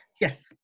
Yes